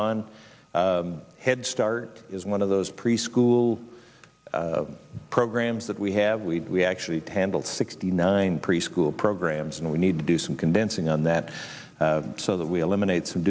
on head start is one of those preschool programs that we have we actually handle sixty nine preschool programs and we need to do some convincing on that so that we eliminate some